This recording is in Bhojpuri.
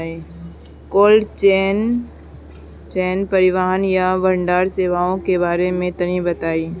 कोल्ड चेन परिवहन या भंडारण सेवाओं के बारे में तनी बताई?